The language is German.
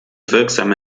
wirksam